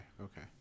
Okay